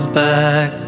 back